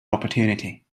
opportunity